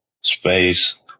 space